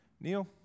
Neil